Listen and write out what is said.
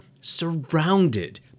surrounded